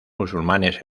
musulmanes